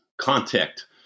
contact